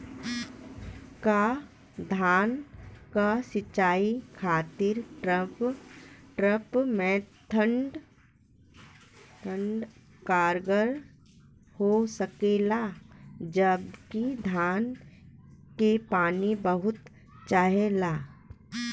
का धान क सिंचाई खातिर ड्रिप मेथड कारगर हो सकेला जबकि धान के पानी बहुत चाहेला?